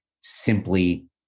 simply